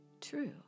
true